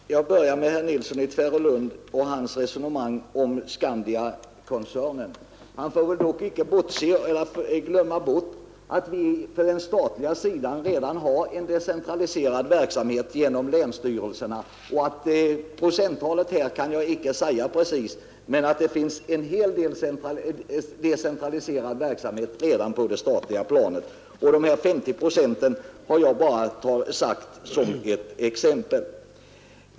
Herr talman! Jag börjar med herr Nilsson i Tvärålund och hans resonemang om Skandiakoncernen. Man får väl dock inte glömma att vi på den statliga sidan redan har en decentraliserad verksamhet genom länsstyrelserna. Procenttalet kan jag inte exakt ange, men det är ovedersägligt att det redan finns en hel del decentraliserad verksamhet på det statliga planet. De här 50 procenten har jag bara nämnt som ett exempel.